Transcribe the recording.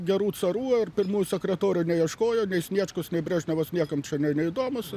gerų carų ir pirmųjų sekretorių neieškojo nei sniečkus nei brežnevas niekam čia neįdomūs